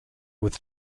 with